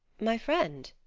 my friend?